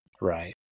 Right